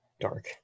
dark